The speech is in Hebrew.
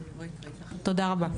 תודה רבה.